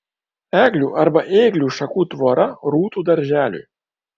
eglių arba ėglių šakų tvora rūtų darželiui